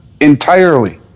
entirely